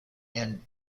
and